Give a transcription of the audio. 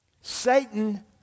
Satan